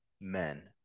men